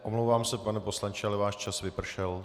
Omlouvám se, pane poslanče, ale váš čas vypršel.